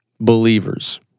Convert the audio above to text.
believers